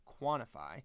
quantify